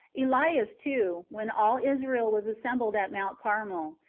elias, too, when all israel was assem bled at mount carmel,